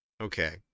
Okay